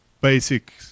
basic